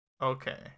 Okay